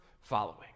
following